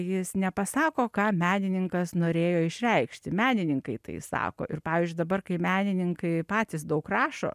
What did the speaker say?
jis nepasako ką menininkas norėjo išreikšti menininkai tai sako ir pavyzdžiui dabar kai menininkai patys daug rašo